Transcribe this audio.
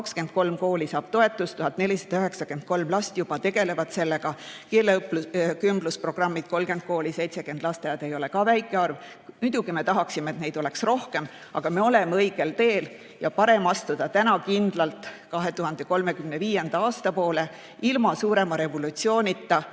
23 kooli saab toetust, 1493 last juba tegeleb sellega, keelekümblusprogrammid – 30 kooli, 70 lasteaeda – ei ole ka väike arv. Muidugi me tahaksime, et neid oleks rohkem, aga me oleme õigel teel ja parem astuda täna kindlalt 2035. aasta poole ilma suurema revolutsioonita,